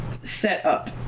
setup